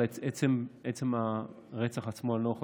על עצם הרצח עצמו אני לא יכול,